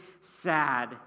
sad